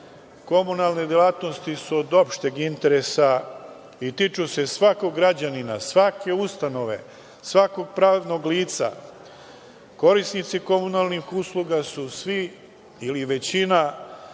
Komunalne delatnosti su od opšteg interesa i tiču se svakog građanina, svake ustanove, svakog pravnog lica. Korisnici komunalnih usluga su svi ili većina